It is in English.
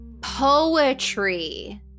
poetry